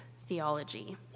theology—